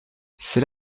c’est